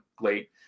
late